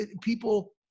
people